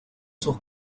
sus